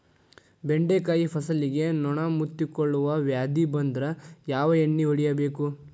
ಬೆಂಡೆಕಾಯ ಫಸಲಿಗೆ ನೊಣ ಮುತ್ತಿಕೊಳ್ಳುವ ವ್ಯಾಧಿ ಬಂದ್ರ ಯಾವ ಎಣ್ಣಿ ಹೊಡಿಯಬೇಕು?